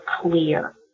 clear